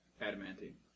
Adamantine